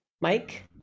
mike